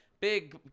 big